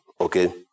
Okay